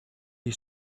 had